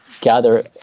gather